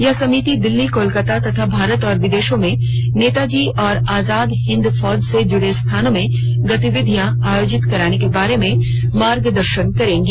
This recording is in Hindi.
यह समिति दिल्ली कोलकाता तथा भारत और विदेशों में नेताजी और आजाद हिंद फौज से जुड़े स्थानों में गतिविधियां आयोजित करने के बारे में मार्गदर्शन करेगी